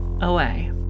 away